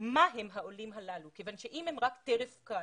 לגבי מה הם העולים הללו כיוון שאם הם רק טרף קל,